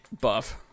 buff